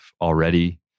already